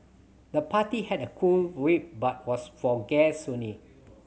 the party had a cool vibe but was for guests only